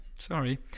sorry